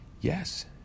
yes